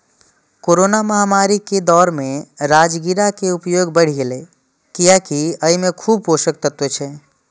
corona महामारी के दौर मे राजगिरा के उपयोग बढ़ि गैले, कियैकि अय मे खूब पोषक तत्व छै